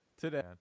today